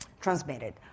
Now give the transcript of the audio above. transmitted